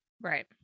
right